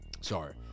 Sorry